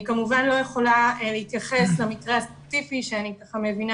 אני כמובן לא יכולה להתייחס למקרה הספציפי שאני מבינה